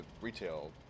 retail